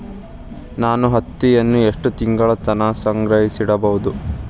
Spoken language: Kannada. ನಾನು ಹತ್ತಿಯನ್ನ ಎಷ್ಟು ತಿಂಗಳತನ ಸಂಗ್ರಹಿಸಿಡಬಹುದು?